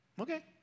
Okay